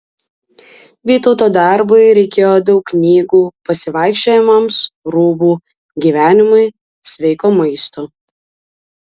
vytauto darbui reikėjo daug knygų pasivaikščiojimams rūbų gyvenimui sveiko maisto